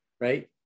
Right